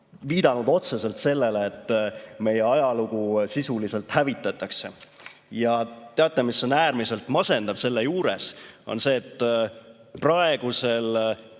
viidanud otseselt sellele, et meie ajalugu sisuliselt hävitatakse. Teate, mis on äärmiselt masendav selle juures? See, et praegu,